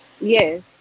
yes